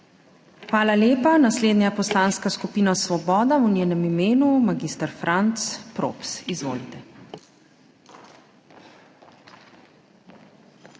Hvala lepa. Naslednja je Poslanska skupina Svoboda, v njenem imenu mag. Franc Props. Izvolite.